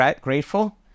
grateful